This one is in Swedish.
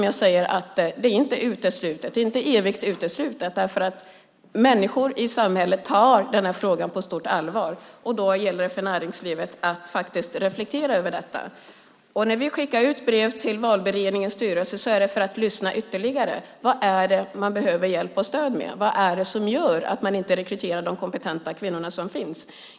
Jag säger inte att det är evigt uteslutet, därför att människor i samhället tar den här frågan på stort allvar, och då gäller det för näringslivet att faktiskt reflektera över detta. När vi skickar ut brev till valberedningarnas styrelser är det för att lyssna ytterligare på vad det är man behöver hjälp och stöd med och vad det är som gör att man inte rekryterar de kompetenta kvinnor som finns.